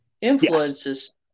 influences